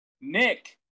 Nick